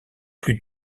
plus